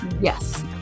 Yes